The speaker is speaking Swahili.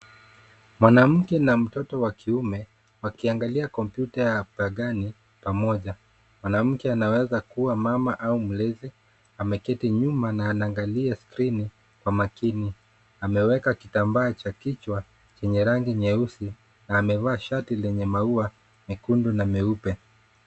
Mwanamke na mtoto wa kiume wakiangalia kompyuta ya pangani pamoja. Mwanamke anaeza kuwa mama au mlezi ameketi nyuma na anaangalia screeni kwa makini. Ameweka kitambaa cha kichwa chenye rangi nyeusi na amevaa shati lenye maua mekundu na meupe.